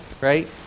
right